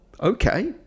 okay